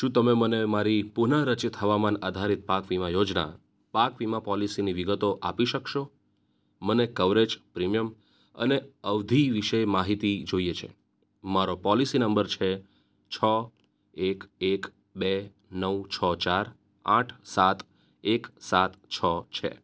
શું તમે મને મારી પુનઃરચિત હવામાન આધારિત પાક વીમા યોજના પાક વીમા પોલિસીની વિગતો આપી શકશો મને કવરેજ પ્રીમિયમ અને અવધિ વિશે માહિતી જોઈએ છે મારો પોલિસી નંબર છે છ એક એક બે નવ છ ચાર આઠ સાત એક સાત છ છે